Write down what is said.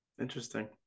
Interesting